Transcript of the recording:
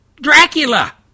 Dracula